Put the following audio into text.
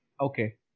Okay